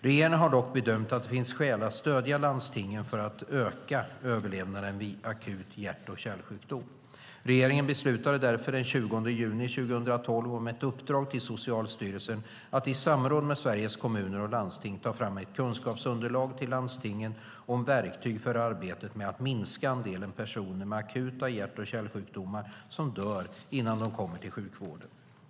Regeringen har dock bedömt att det finns skäl för att stödja landstingen för att öka överlevnaden vid akut hjärt-kärlsjukdom. Regeringen beslutade därför den 20 juni 2012 om ett uppdrag till Socialstyrelsen att i samråd med Sveriges Kommuner och Landsting ta fram ett kunskapsunderlag till landstingen om verktyg för arbetet med att minska andelen personer med akuta hjärt-kärlsjukdomar som dör innan de kommer till sjukvården.